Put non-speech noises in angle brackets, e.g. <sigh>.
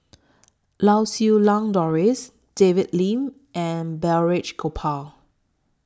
<noise> Lau Siew Lang Doris David Lim and Balraj Gopal